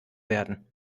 werden